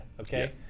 okay